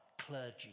clergy